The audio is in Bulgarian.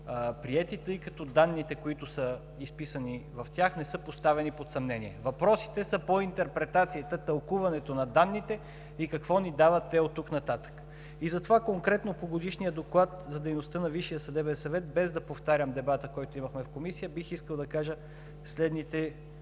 приети, тъй като данните, които са изписани в тях, не са поставени под съмнение. Въпросите по интерпретацията, тълкуването на данните и какво ни дават те оттук нататък и затова конкретно по Годишния доклад за дейността на Висшия съдебен съвет, без да повтарям дебата, който имахме в Комисията, бих искал да кажа следните